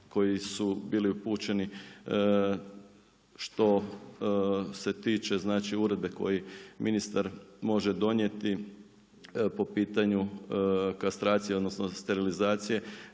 koji su bili upućeni što se tiče, znači uredbe koji ministar može donijeti po pitanju kastracije odnosno sterilizacije